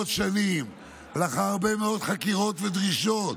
שנים ולאחר הרבה מאוד חקירות ודרישות,